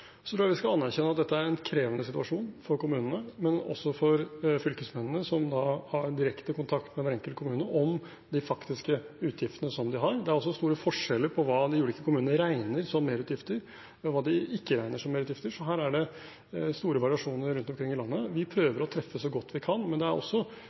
tror vi skal anerkjenne at dette er en krevende situasjon for kommunene, men også for fylkesmennene, som har direkte kontakt med den enkelte kommune om de faktiske utgiftene de har. Det er også store forskjeller på hva de ulike kommunene regner som merutgifter, og hva de ikke regner som merutgifter. Her er det store variasjoner rundt omkring i landet. Vi